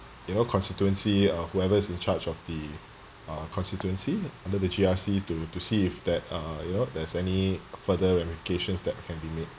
you know constituency uh whoever is in charge of the uh constituency under the G_R_C to to see if there uh you know there's any further applications that can be made